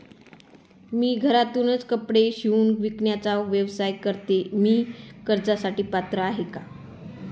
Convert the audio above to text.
मी घरातूनच कपडे शिवून विकण्याचा व्यवसाय करते, मी कर्जासाठी पात्र आहे का?